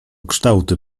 kształty